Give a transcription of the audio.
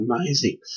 amazing